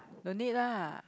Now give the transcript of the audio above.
no need lah